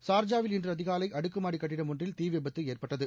ஷா்ஜாவில் இன்று அதிகாலை அடுக்குமாடி கட்டிடம் ஒன்றில் தீ விபத்து ஏற்பட்டது